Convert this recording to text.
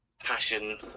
passion